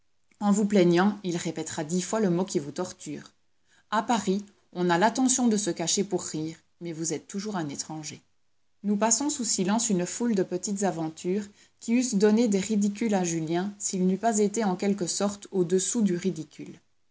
en vous plaignant il répétera dix fois le mot qui vous torture a paris on a l'attention de se cacher pour rire mais vous êtes toujours un étranger nous passons sous silence une foule de petites aventures qui eussent donné des ridicules à julien s'il n'eût pas été en quelque sorte au-dessous du ridicule